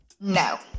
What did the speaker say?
No